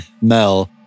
Mel